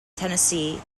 tennessee